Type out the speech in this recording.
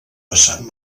vessant